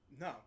No